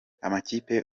amakipe